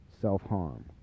self-harm